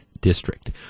district